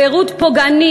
פירוט פוגעני,